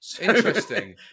interesting